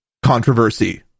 Controversy